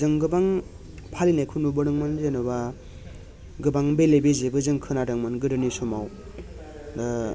जों गोबां फालिनायखौ नुबोदोंमोन जेनोबा गोबां बेले बेजेबो जों खोनादोंमोन गोदोनि समाव ओ